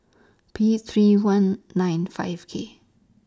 P three one nine five K